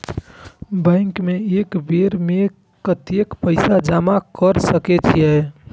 Bank में एक बेर में कतेक पैसा जमा कर सके छीये?